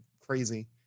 crazy